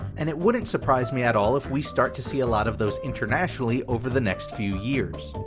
and it wouldn't surprise me at all if we start to see a lot of those internationally over the next few years.